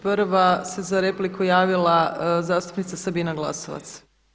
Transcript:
Prva se za repliku javila zastupnica Sabina Glasovac.